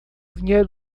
dinheiro